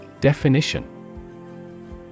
Definition